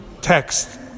text